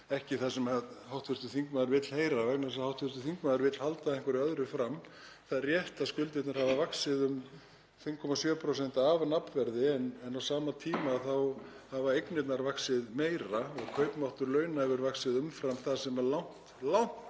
ekki það sem hv. þingmaður vill heyra vegna þess að hv. þingmaður vill halda einhverju öðru fram. Það er rétt að skuldirnar hafa vaxið um 5,7% að nafnverði en á sama tíma hafa eignirnar vaxið meira og kaupmáttur launa hefur vaxið umfram það, langt